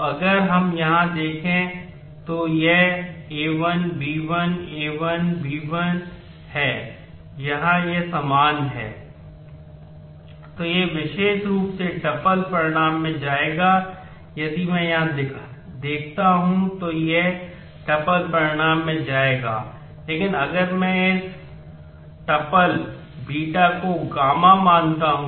तो अगर हम यहाँ देखें तो यह a1 b1 a1 b1 है यहाँ ये समान हैं